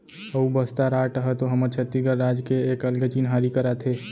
अऊ बस्तर आर्ट ह तो हमर छत्तीसगढ़ राज के एक अलगे चिन्हारी कराथे